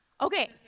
Okay